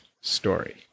story